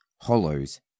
hollows